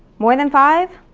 more than five?